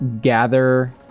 gather